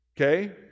Okay